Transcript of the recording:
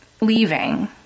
leaving